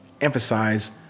emphasize